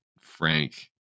frank